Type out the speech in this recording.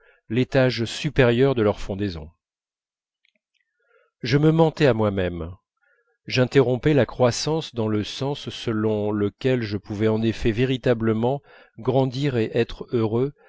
l'étage supérieur de leur frondaison je me mentais à moi-même j'interrompais la croissance dans le sens selon lequel je pouvais en effet véritablement grandir et être heureux